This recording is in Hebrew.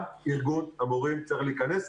גם ארגון המורים צריך להיכנס.